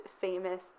famous